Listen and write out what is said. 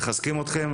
מחזקים אתכם.